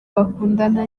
bakundana